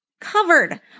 covered